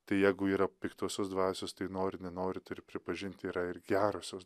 tai jeigu yra piktosios dvasios tai nori nenori turi pripažint yra ir gerosios